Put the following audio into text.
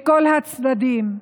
לכל הצדדים,